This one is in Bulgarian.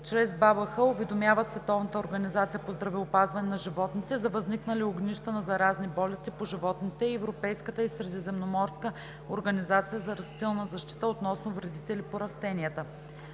чрез БАБХ уведомява Световната организация по здравеопазване на животните за възникнали огнища на заразни болести по животните и Европейската и средиземноморска организация за растителна защита относно вредители по растенията;